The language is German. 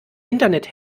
internet